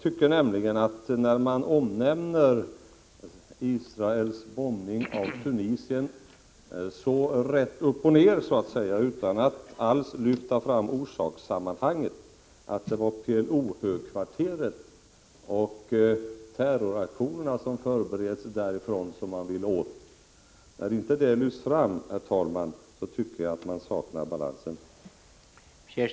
4 december 1985 När man omnämner Israels bombning av Tunisien så rätt upp och ned, utan att alls lyfta fram orsakssammanhanget, dvs. att det var PLO högkvarteret och terroraktionerna som förbereds därifrån som man ville åt, tycker jag, herr talman, att man saknar balans.